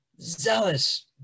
zealous